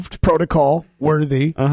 protocol-worthy